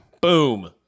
Boom